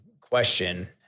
question